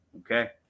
Okay